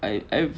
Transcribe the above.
like I've